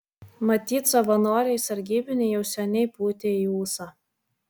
matyt savanoriai sargybiniai jau seniai pūtė į ūsą